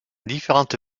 différente